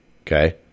Okay